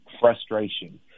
frustration